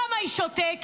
למה היא שותקת?